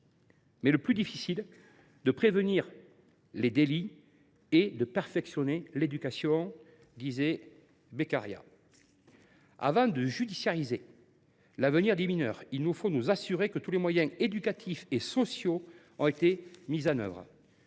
mais le plus difficile, de prévenir les délits est de perfectionner l’éducation », disait Beccaria. Avant de judiciariser l’avenir des mineurs, il nous faut nous assurer que tous les moyens éducatifs et sociaux ont été mis en œuvre.